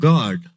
God